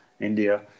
India